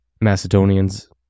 Macedonians